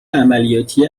عملیاتی